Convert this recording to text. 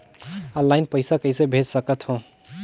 Online पइसा कइसे भेज सकत हो?